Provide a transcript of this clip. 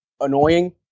annoying